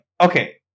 okay